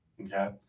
Okay